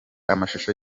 amashusho